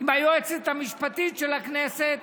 עם היועצת המשפטית של הכנסת